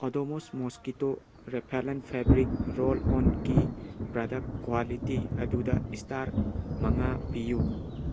Odomos mosquito repellent fabric roll ꯑꯣꯟꯒꯤ product quality ꯑꯗꯨꯗ star ꯃꯉꯥ ꯄꯤꯌꯨ